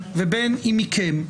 מהממ"מ ובין אם מכם.